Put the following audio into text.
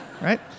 right